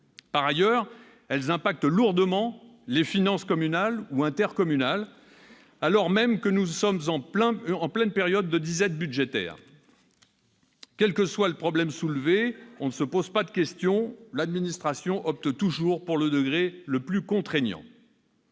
Par ailleurs, elle impacte lourdement les finances communales ou intercommunales, alors même que nous sommes en pleine période de disette budgétaire. Quel que soit le problème soulevé, on ne se pose pas de question : l'administration opte toujours pour le degré le plus contraignant